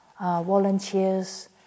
volunteers